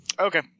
okay